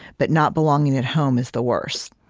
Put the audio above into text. but not belonging at home is the worst.